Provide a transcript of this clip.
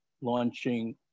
launching